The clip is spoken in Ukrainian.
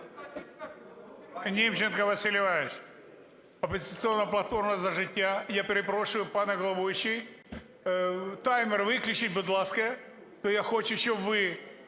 Німченко Василь Іванович, "Опозиційна платформа – За життя". Я перепрошую, пане головуючий, таймер виключіть, будь ласка. Я хочу, щоб ви